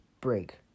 break